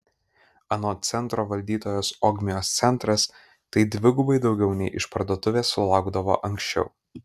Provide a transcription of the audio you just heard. anot centro valdytojos ogmios centras tai dvigubai daugiau nei išparduotuvės sulaukdavo anksčiau